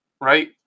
right